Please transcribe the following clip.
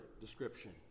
description